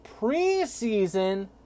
preseason